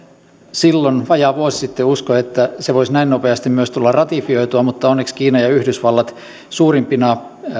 silloin vajaa vuosi sitten uskoi että se voisi näin nopeasti myös tulla ratifioitua mutta onneksi kiina ja yhdysvallat suurimpina